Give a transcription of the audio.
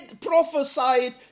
prophesied